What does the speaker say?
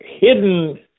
hidden